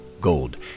Gold